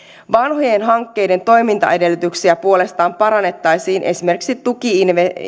vanhojen hankkeiden toimintaedellytyksiä puolestaan parannettaisiin esimerkiksi tuki